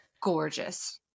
Gorgeous